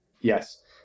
yes